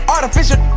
Artificial